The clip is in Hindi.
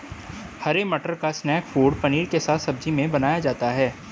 हरे मटर को स्नैक फ़ूड पनीर के साथ सब्जी में बनाया जाता है